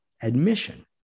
admission